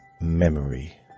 memory